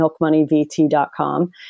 milkmoneyvt.com